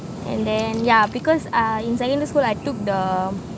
and then yeah because uh in secondary school I took the